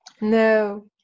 No